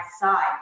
side